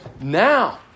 now